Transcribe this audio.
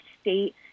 state